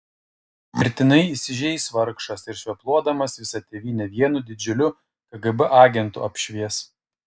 mirtinai įsižeis vargšas ir švepluodamas visą tėvynę vienu didžiuliu kgb agentu apšvies